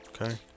okay